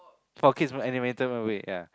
from kids animated movie ya